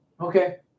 Okay